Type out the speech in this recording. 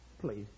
Please